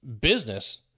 business